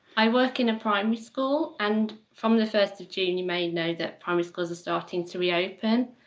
i work in a primary school and from the first of june, you may know that primary schools are starting to reopen.